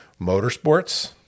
motorsports